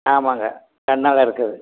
ஆமாங்க ரெண்டு நாளாக இருக்குது